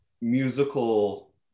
musical